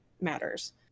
matters